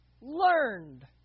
learned